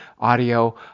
audio